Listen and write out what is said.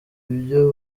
ibyo